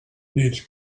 needs